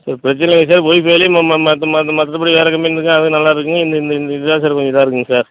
sir பிரச்சனை இல்லை sir ஒய்ஃபைலே ம ம மற்ற மற்ற மற்றபடி வேறு கம்பெனி இருக்குது அது நல்லாருக்குங்க இந்த இந்த இந்த இது தான் சார் கொஞ்சம் இதாக இருக்குதுங்க சார்